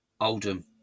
Oldham